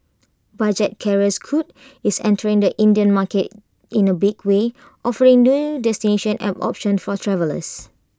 budget carrier scoot is entering the Indian market in A big way offering new destinations and options for travellers